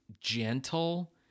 gentle